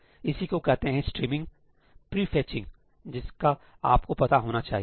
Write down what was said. इसी को कहते हैं स्ट्रीमिंग प्री फेचिंग जिसका आपको पता होना चाहिए